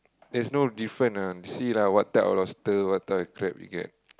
there's no different ah see lah what type of lobster what type of crab you get